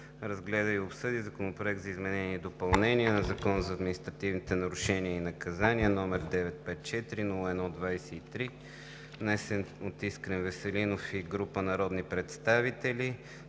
разгледа и обсъди Законопроект за изменение и допълнение на Закона за административните нарушения и наказания, № 954-01-23, внесен от Искрен Веселинов и група народни представители